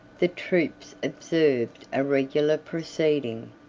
the troops observed a regular proceeding,